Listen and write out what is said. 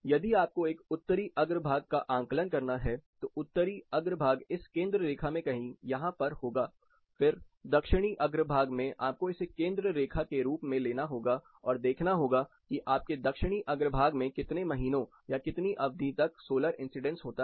यदि आपको एक उत्तरी अग्रभाग का आंकलन करना है तो उत्तरी अग्रभाग इस केंद्र रेखा में कहीं यहां पर होगा फिर दक्षिणी अग्रभाग में आपको इसे केंद्र रेखा के रूप में लेना होगा और देखना होगा कि आपके दक्षिणी अग्रभाग में कितने महीनों या कितनी अवधि तक सोलर इंसीडेंस होता है